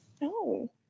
no